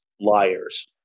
liars